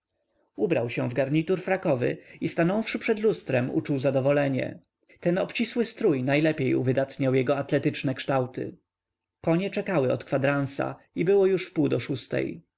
ubrał się w garnitur frakowy i stanąwszy przed lustrem uczuł zadowolenie ten obcisły strój najlepiej uwydatniał jego atletyczne kształty konie czekały od kwadransa i było już wpół do szóstej